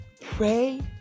pray